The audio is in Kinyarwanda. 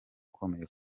akomeye